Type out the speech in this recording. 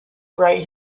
write